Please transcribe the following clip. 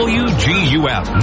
wguf